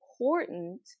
important